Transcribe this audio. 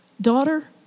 daughter